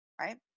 Right